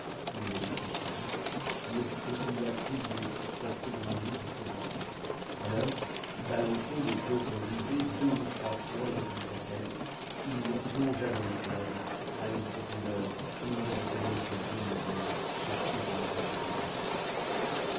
il n'allait plus si vite mais il continua toujours jusqu'à ce qu'il en eût jusqu'aux aisselles alors balançant le pauvre rivet deux ou trois fois au-dessus de sa tête il le plongea dans le fleuve à une profondeur où il aurait fallu être bon nageur pour pouvoir regagner la rive